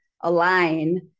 align